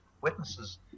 witnesses